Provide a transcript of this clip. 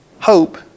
hope